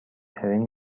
ترین